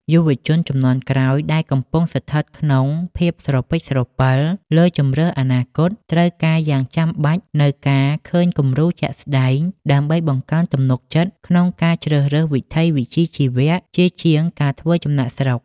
យុវជនជំនាន់ក្រោយដែលកំពុងស្ថិតក្នុងភាពស្រពិចស្រពិលលើជម្រើសអនាគត ត្រូវការយ៉ាងចាំបាច់នូវការឃើញគំរូជាក់ស្ដែង ដើម្បីបង្កើនទំនុកចិត្តក្នុងការជ្រើសរើសវិថីវិជ្ជាជីវៈជាជាងការធ្វើចំណាកស្រុក។